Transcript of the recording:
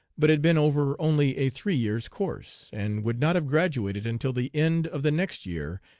but had been over only a three-years' course, and would not have graduated until the end of the next year,